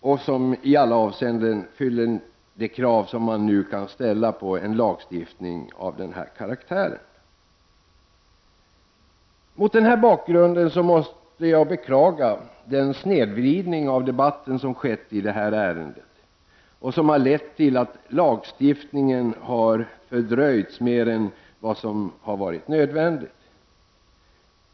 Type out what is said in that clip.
Den fyller i alla avseenden de krav som man nu kan ställa på en lagstiftning av den här karaktären. Mot den här bakgrunden måste jag beklaga den snedvridning av debatten som skett i detta ärende och som har lett till att lagstiftningen har fördröjts mer än vad som varit nödvändigt.